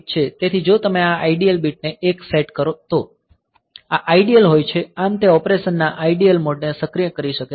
તેથી જો તમે આ IDL બીટને 1 પર સેટ કરો તો આ આઇડલ હોય છે આમ તે ઓપરેશનના આઇડલ મોડ ને સક્રિય કરી શકે છે